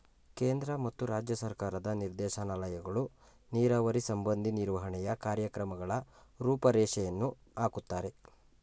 ಕೇಂದ್ರ ಮತ್ತು ರಾಜ್ಯ ಸರ್ಕಾರದ ನಿರ್ದೇಶನಾಲಯಗಳು ನೀರಾವರಿ ಸಂಬಂಧಿ ನಿರ್ವಹಣೆಯ ಕಾರ್ಯಕ್ರಮಗಳ ರೂಪುರೇಷೆಯನ್ನು ಹಾಕುತ್ತಾರೆ